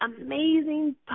amazing